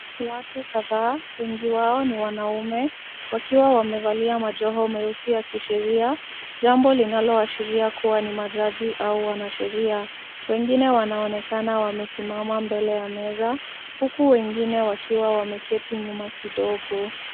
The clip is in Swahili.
Watu kadhaa, wengi wao ni wanaume wakiwa wamevalia majoho meusi ya kisheria, jambo linaloashiria kuwa ni majaji au wanasheria. Wengine wanaonekana wamesimama mbele ya meza, huku wengine wakiwa wameketi nyuma kidogo.